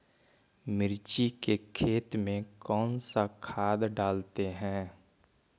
मिर्ची के खेत में कौन सा खाद डालते हैं?